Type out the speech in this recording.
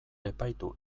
epaitu